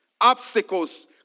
Obstacles